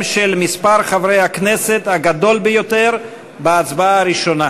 של מספר חברי הכנסת הגדול ביותר בהצבעה הראשונה.